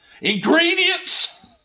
ingredients